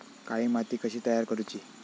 काळी माती कशी तयार करूची?